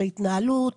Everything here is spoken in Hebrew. להתנהלות,